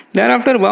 Thereafter